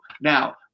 Now